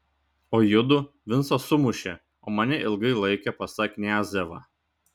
o judu vincą sumušė o mane ilgai laikė pas tą kniazevą